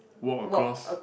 walk across